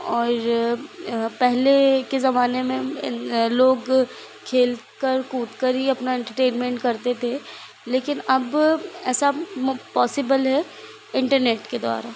और पहले के ज़माने में लोग खेलकर कूदकर ही अपना एंटरटेनमेंट करते थे लेकिन अब ऐसा म पॉसिबल है इंटरनेट के द्वारा